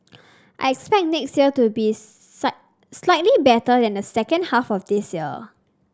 I expect next year to be slightly better than the second half of this year